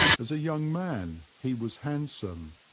as a young man he was handsome,